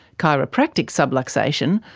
chiropractic subluxation,